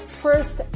first